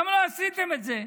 למה לא עשיתם את זה?